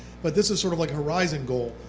but this is sort of like a rising goal.